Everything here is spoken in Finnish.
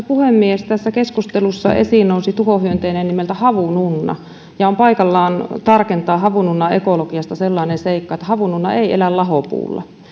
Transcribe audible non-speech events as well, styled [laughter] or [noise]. [unintelligible] puhemies tässä keskustelussa esiin nousi tuhohyönteinen nimeltä havununna ja on paikallaan tarkentaa havununnan ekologiasta sellainen seikka että havununna ei elä lahopuulla